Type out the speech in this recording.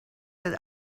that